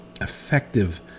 effective